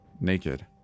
naked